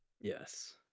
Yes